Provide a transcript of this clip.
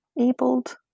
abled